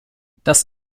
das